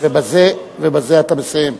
ובזה אתה מסיים.